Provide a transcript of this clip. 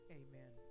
amen